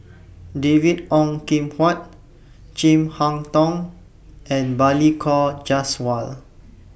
David Ong Kim Huat Chin Harn Tong and Balli Kaur Jaswal